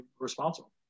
responsible